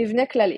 מבנה כללי